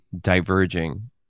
diverging